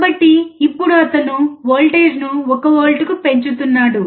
కాబట్టి ఇప్పుడు అతను వోల్టేజ్ను 1 వోల్ట్కు పెంచుతున్నాడు